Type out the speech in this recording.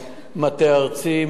מטה ארצי,